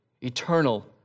eternal